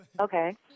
Okay